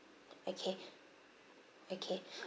okay okay